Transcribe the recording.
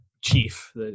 chief